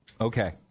Okay